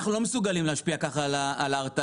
אנחנו לא מסוגלים להשפיע ככה על ההרתעה.